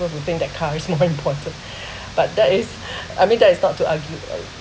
will think that car is even important but that is I mean that is not to argue